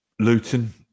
Luton